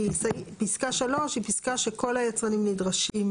כי פסקה 3 היא פסקה שכל היצרנים נדרשים לעמוד בה.